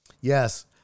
Yes